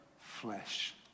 flesh